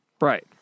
Right